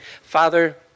Father